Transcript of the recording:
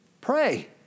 Pray